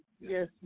yes